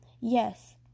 yes